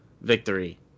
victory